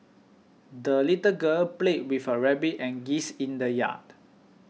the little girl played with her rabbit and geese in the yard